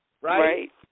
Right